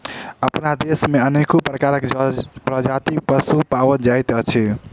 अपना देश मे अनेको प्रकारक प्रजातिक पशु पाओल जाइत अछि